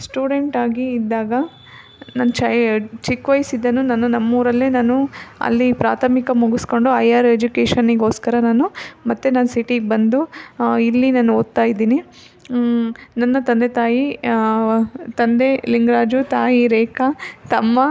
student ಆಗಿ ಇದ್ದಾಗ ನನ್ನ ಚಿಕ್ಕ ವಯಸ್ಸಿನಿಂದಾನೂ ನಾನು ನಮ್ಮ ಊರಲ್ಲೇ ನಾನು ಅಲ್ಲಿ ಪ್ರಾಥಮಿಕ ಮುಗಿಸ್ಕೊಂಡು ಐಯರ್ ಎಜುಕೇಶನಿಗೋಸ್ಕರ ನಾನು ಮತ್ತೆ ನಾನು ಸಿಟೀಗೆ ಬಂದು ಇಲ್ಲಿ ನಾನು ಓದ್ತಾ ಇದ್ದೀನಿ ನನ್ನ ತಂದೆ ತಾಯಿ ತಂದೆ ಲಿಂಗರಾಜು ತಾಯಿ ರೇಖಾ ತಮ್ಮ